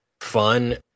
fun